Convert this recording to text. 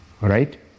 right